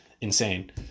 insane